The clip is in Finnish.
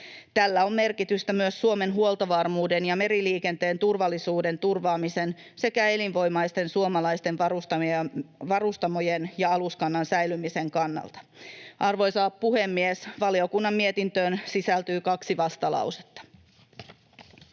Tällä on merkitystä myös Suomen huoltovarmuuden ja meriliikenteen turvallisuuden turvaamisen sekä elinvoimaisten suomalaisten varustamojen ja aluskannan säilymisen kannalta. Arvoisa puhemies! Valiokunnan mietintöön sisältyy kaksi vastalausetta.